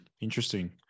Interesting